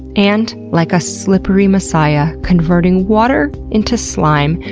and, like a slippery messiah, converting water into slime,